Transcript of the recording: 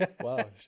wow